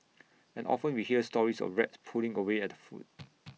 and often we hear stories of rats pulling away at the food